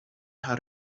how